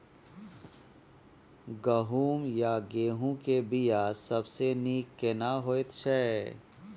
गहूम या गेहूं के बिया सबसे नीक केना होयत छै?